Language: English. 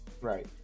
Right